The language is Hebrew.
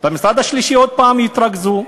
במשרד השלישי עוד פעם יתרגזו,